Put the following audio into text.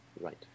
Right